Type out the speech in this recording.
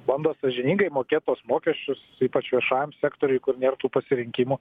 bando sąžiningai mokėt tuos mokesčius ypač viešajam sektoriuj kur nėr tų pasirinkimų